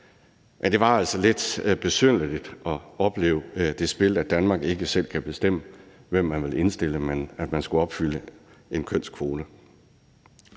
det var altså lidt besynderligt at opleve det spil, at Danmark ikke selv kunne bestemme, hvem man ville indstille, men at man skulle opfylde en kønskvote.